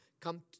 come